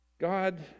God